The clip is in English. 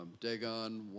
Dagon